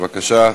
בבקשה.